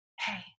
hey